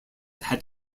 had